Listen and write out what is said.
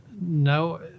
No